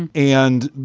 and and,